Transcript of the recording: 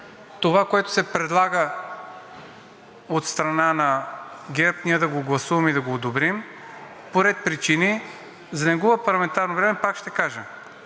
това, което се предлага от страна на ГЕРБ, ние да го гласуваме и да го одобрим по ред причини. За да не губя парламентарно време, пак ще кажа: